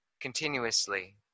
continuously